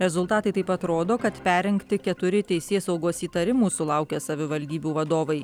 rezultatai taip pat rodo kad perrinkti keturi teisėsaugos įtarimų sulaukę savivaldybių vadovai